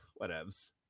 whatevs